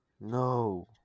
No